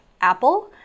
Apple